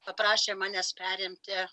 paprašė manęs perimti